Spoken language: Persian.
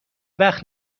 وقت